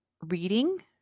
reading